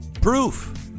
Proof